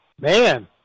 Man